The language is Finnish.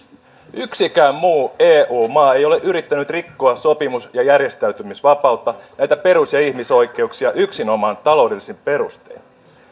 yksikään muu eu maa ei ole yrittänyt rikkoa sopimus ja järjestäytymisvapautta näitä perus ja ihmisoikeuksia yksinomaan taloudellisin perustein